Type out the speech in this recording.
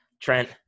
Trent